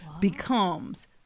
becomes